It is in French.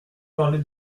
parler